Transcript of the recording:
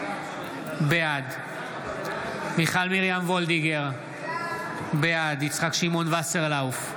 בעד מיכל מרים וולדיגר, בעד יצחק שמעון וסרלאוף,